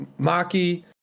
maki